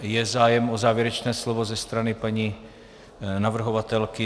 Je zájem o závěrečné slovo ze strany paní navrhovatelky?